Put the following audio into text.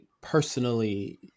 personally